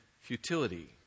futility